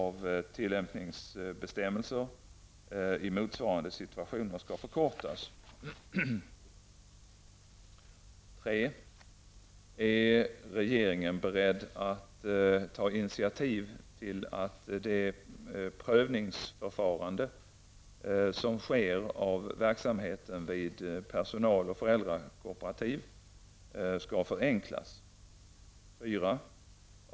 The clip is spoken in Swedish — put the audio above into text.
Är regeringen beredd att ta initiativ till att det prövningsförfarande som sker i fråga om verksamheten vid personal och föräldrakooperativ skall förenklas? 4.